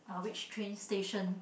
uh which train station